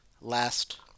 Last